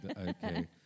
Okay